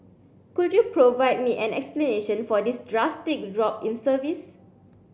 could you provide me an explanation for this drastic drop in service